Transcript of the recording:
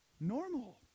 normal